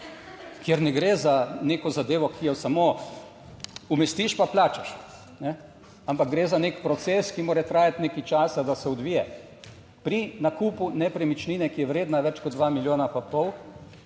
kjer ne gre za neko zadevo, ki jo samo umestiš pa plačaš, ampak gre za nek proces, ki mora trajati nekaj časa, da se odvije. Pri nakupu nepremičnine, ki je vredna več kot dva milijona pa pol,